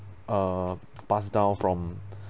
err pass down from